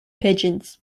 pigeons